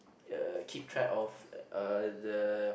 uh keep track of uh the